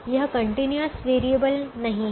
यह continuous variable नहीं है